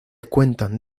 cuentan